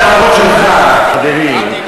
מאיפה אתה מביא, אני מדבר על הנערות שלך, חברי,